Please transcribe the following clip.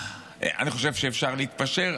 אני חושב שאפשר להתפשר,